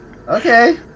Okay